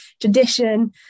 tradition